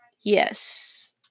yes